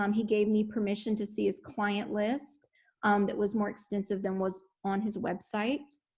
um he gave me permission to see his client list that was more extensive than was on his website,